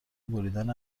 بریدن